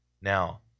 Now